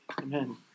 Amen